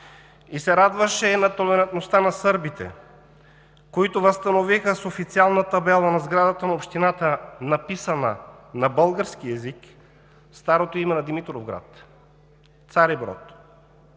и се радваше на толерантността на сърбите, които възстановиха с официална табела на сградата на общината, написана на български език, старото име на Димитровград – Цариброд.